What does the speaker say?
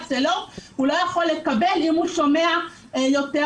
לא יכול לקבל אם הוא שומע טוב יותר.